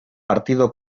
partido